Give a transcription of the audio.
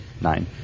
nine